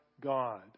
God